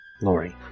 Lori